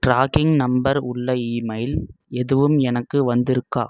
tracking number உள்ள email எதுவும் எனக்கு வந்திருக்கா